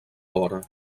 vora